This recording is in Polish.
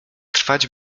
trwać